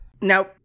Now